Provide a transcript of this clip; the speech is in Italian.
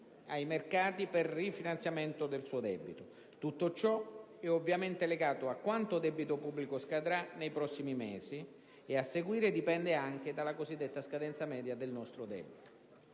ai mercati per il rifinanziamento del suo debito. Tutto ciò è ovviamente legato a quanto debito pubblico scadrà nei prossimi mesi e, a seguire anche, alla cosiddetta scadenza media del nostro debito.